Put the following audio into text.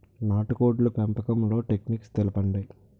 నాటుకోడ్ల పెంపకంలో టెక్నిక్స్ తెలుపండి?